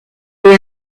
were